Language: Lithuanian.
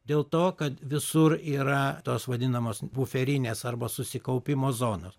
dėl to kad visur yra tos vadinamos buferinės arba susikaupimo zonos